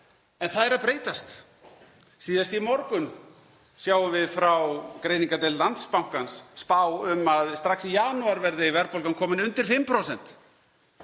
en það er að breytast. Síðast í morgun sáum við frá greiningardeild Landsbankans spá um að strax í janúar verði verðbólgan komin undir 5%